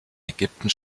ägypten